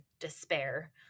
despair